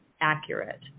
accurate